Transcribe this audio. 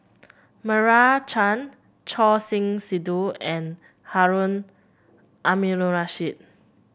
Meira Chand Choor Singh Sidhu and Harun Aminurrashid